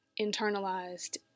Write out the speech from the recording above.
internalized